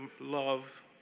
love